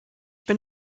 bin